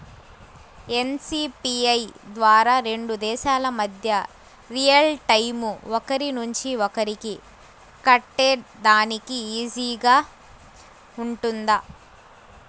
NCPI ద్వారా రెండు దేశాల మధ్య రియల్ టైము ఒకరి నుంచి ఒకరికి కట్టేదానికి ఈజీగా గా ఉంటుందా?